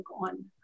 on